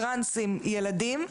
טרנסים ילדים,